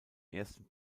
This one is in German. ersten